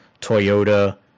Toyota